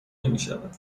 نمیشود